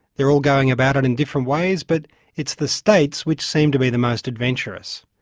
they're all going about it in different ways but it's the states which seem to be the most adventurous.